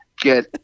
get